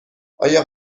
آیا